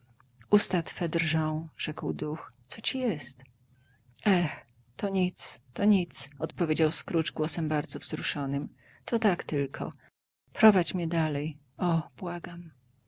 twe drżą rzekł duch co ci jest eh to nic to nic odpowiedział scrooge głosem bardzo wzruszonym to tak tylko prowadź mię dalej o błagam